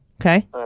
Okay